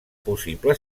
possible